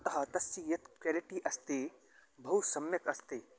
अतः तस्य यत् क्वेलिटि अस्ति बहु सम्यक् अस्ति